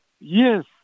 Yes